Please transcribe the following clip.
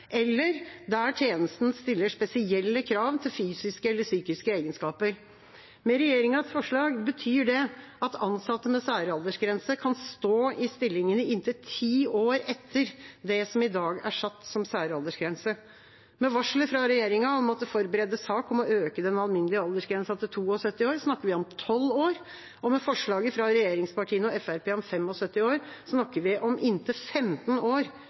eller der tjenesten stiller spesielle krav til fysiske eller psykiske egenskaper. Med regjeringas forslag betyr det at ansatte med særaldersgrense kan stå i stillingen i inntil ti år etter det som i dag er satt som særaldersgrense. Med varselet fra regjeringa om at det forberedes sak om å øke den alminnelige aldersgrensa til 72 år, snakker vi om 12 år, og med forslaget fra regjeringspartiene og Fremskrittspartiet om 75 år, snakker vi om inntil 15 år